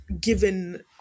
given